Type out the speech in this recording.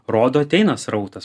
rodo ateina srautas